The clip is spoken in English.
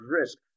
risk